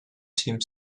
seems